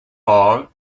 all